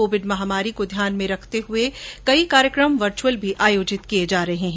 Covid महामारी को ध्यान में रखते हुए कई कार्यक्रम वर्चुअल भी आयोजित किये जा रहे हैं